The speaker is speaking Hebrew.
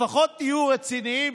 לפחות תהיו רציניים,